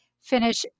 finish